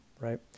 right